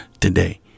today